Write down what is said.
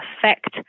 affect